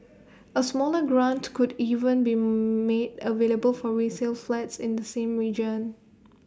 A smaller grant could even be made available for resale flats in the same region